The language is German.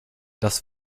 das